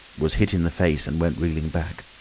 was hit in the face and went reeling back.